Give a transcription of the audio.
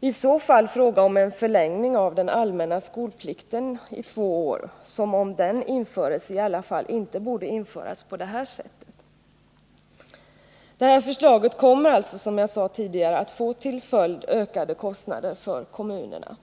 i så fall fråga om en förlängning av den allmänna skolplikten med två år, som — om den införes — i alla fall inte borde införas på detta sätt. Det här förslaget kommer, som jag tidigare sade, att få till följd ökade kostnader för kommunerna.